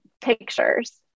pictures